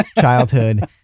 childhood